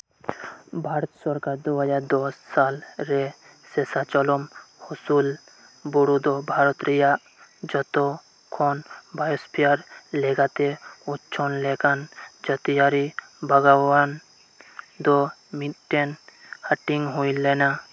ᱵᱷᱟᱨᱚᱛ ᱥᱚᱨᱠᱟᱨ ᱫᱩ ᱦᱟᱡᱟᱨ ᱫᱚᱥ ᱥᱟᱞ ᱨᱮ ᱥᱮᱥᱟᱪᱚᱞᱚᱢ ᱩᱥᱩᱞ ᱵᱩᱨᱩ ᱫᱚ ᱵᱷᱟᱨᱚᱛ ᱨᱮᱭᱟᱜ ᱡᱷᱚᱛᱚ ᱠᱷᱚᱱ ᱵᱟᱭᱳᱥᱯᱷᱤᱭᱟᱨ ᱞᱮᱠᱟᱛᱮ ᱩᱪᱷᱟᱹᱱ ᱞᱮᱠᱷᱟᱱ ᱡᱟᱹᱛᱤᱭᱟᱹᱨᱤ ᱵᱟᱜᱟᱣᱟᱱ ᱫᱚ ᱢᱤᱫᱴᱟᱝ ᱦᱟᱹᱴᱤᱧ ᱦᱩᱭ ᱞᱮᱱᱟ